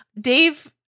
Dave